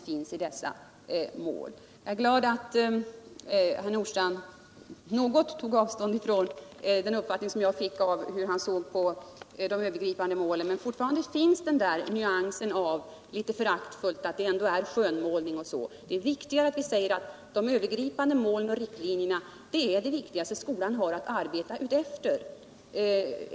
Jag är glad över att herr Nordstrandh något tog avstånd från den uppfattning som jag fick av hans syn på de övergripande målen. men fortfarande finns det kvar en föraktfull nyans av att det är fråga om skönmålning. Det är viktigt att vi understryker att de övergripande målen och riktlinjerna är det viktigaste som skolan har att arbeta efter.